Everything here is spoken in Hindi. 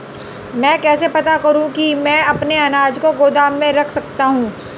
मैं कैसे पता करूँ कि मैं अपने अनाज को गोदाम में रख सकता हूँ?